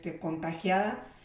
contagiada